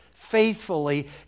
Faithfully